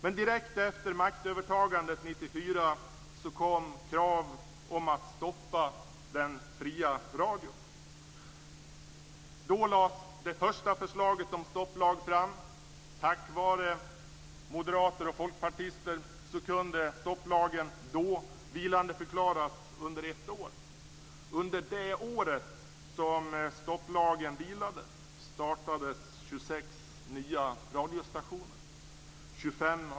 Men direkt efter maktövertagandet 1994 kom krav om att stoppa den fria radion. Då lades det första förslaget om stopplag fram. Tack vare moderater och folkpartister kunde lagen då vilandeförklaras under ett år. Under det året som stopplagen vilade, startades 26 nya radiostationer.